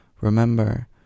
remember